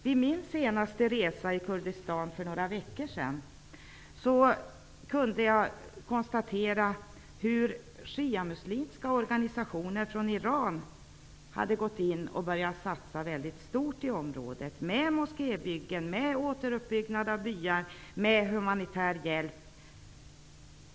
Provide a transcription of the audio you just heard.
Vid min senaste resa i Kurdistan för några veckor sedan kunde jag konstatera att shiamuslimska organisationer från Iran hade gått in och börjat satsa stort i området, med moskébyggen, med återuppbyggnad av byar och med humanitär hjälp.